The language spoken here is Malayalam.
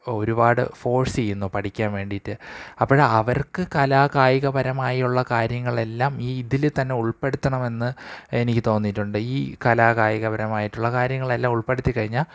ഒരുപാട് ഫോഴ്സ് ചെയ്യുന്നു പഠിക്കാൻ വേണ്ടിയിട്ട് അപ്പോള് അവർക്ക് കലാകായികപരമായുള്ള കാര്യങ്ങളെല്ലാം ഈ ഇതില്ത്തന്നെ ഉൾപ്പെടുത്തണമെന്ന് എനിക്ക് തോന്നിയിട്ടുണ്ട് ഈ കലാകായികപരമായിട്ടുള്ള കാര്യങ്ങളെല്ലാം ഉൾപ്പെടുത്തിക്കഴിഞ്ഞാല്